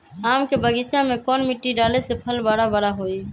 आम के बगीचा में कौन मिट्टी डाले से फल बारा बारा होई?